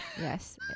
Yes